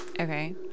Okay